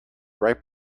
right